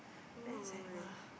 then it's like !wah!